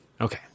Okay